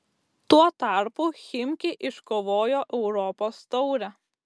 tuo tarpu chimki iškovojo europos taurę